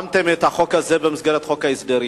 שמתם את החוק הזה במסגרת חוק ההסדרים.